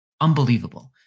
Unbelievable